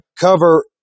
cover